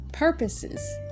purposes